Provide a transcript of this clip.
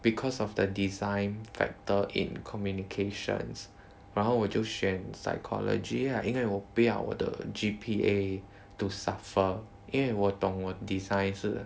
because of the design factor in communications 然后我就选 psychology ah 因为我不要我的 G_P_A to suffer 因为我懂我 design 是